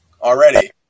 already